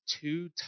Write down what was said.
two